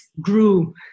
grew